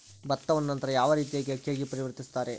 ಭತ್ತವನ್ನ ನಂತರ ಯಾವ ರೇತಿಯಾಗಿ ಅಕ್ಕಿಯಾಗಿ ಪರಿವರ್ತಿಸುತ್ತಾರೆ?